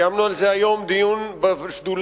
קיימנו על זה היום דיון בשדולה,